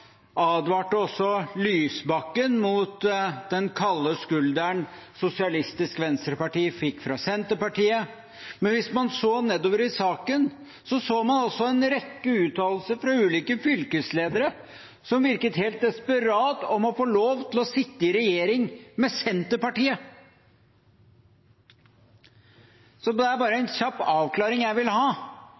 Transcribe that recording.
advarte Lysbakken mot den kalde skulderen Sosialistisk Venstreparti fikk fra Senterpartiet. Men hvis man så nedover i saken, så man også en rekke uttalelser fra ulike fylkesledere som virket helt desperate etter å få lov til å sitte i regjering med Senterpartiet. Det er bare en kjapp avklaring jeg vil ha.